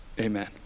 Amen